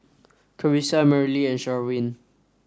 Carisa Merrily and Sherwin